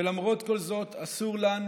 ולמרות כל זאת, אסור לנו,